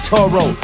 Toro